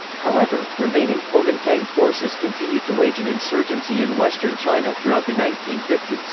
however, remaining kuomintang forces continued to wage an insurgency in western china throughout the nineteen fifty s.